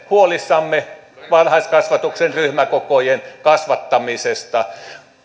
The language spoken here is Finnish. huolissamme varhaiskasvatuksen ryhmäkokojen kasvattamisesta